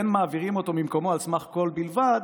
אין מעבירים אותו ממקומו על סמך קול בלבד,